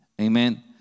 Amen